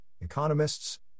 economists